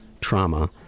trauma